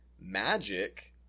Magic